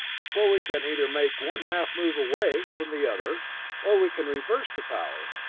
for we can either make one half move away from the other or we can reverse the power,